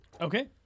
okay